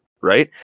right